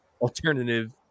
alternative